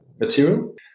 material